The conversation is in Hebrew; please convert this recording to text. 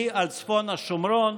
קרי על צפון השומרון.